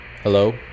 Hello